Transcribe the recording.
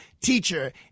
teacher